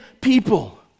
people